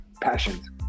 passions